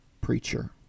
preacher